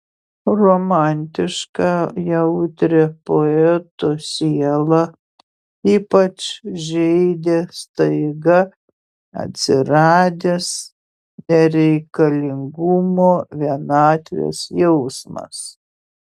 romantišką jautrią poeto sielą ypač žeidė staiga atsiradęs nereikalingumo vienatvės jausmas